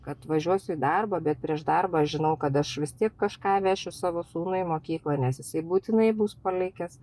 kad važiuosiu į darbą bet prieš darbą aš žinau kad aš vis tiek kažką vešiu savo sūnui į mokyklą nes jisai būtinai bus palikęs